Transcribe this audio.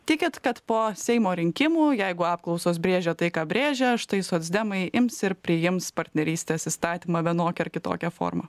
tikit kad po seimo rinkimų jeigu apklausos brėžia tai ką brėžia štai socdemai ims ir priims partnerystės įstatymą vienokia ar kitokia forma